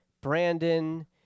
Brandon